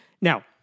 Now